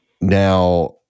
Now